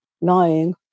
lying